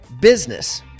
business